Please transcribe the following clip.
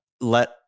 let